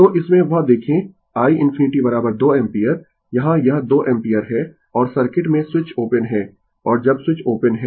तो इसमें वह देखें i ∞ 2 एम्पीयर यहाँ यह 2 एम्पीयर है और सर्किट में स्विच ओपन है और जब स्विच ओपन है